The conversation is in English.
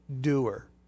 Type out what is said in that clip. doer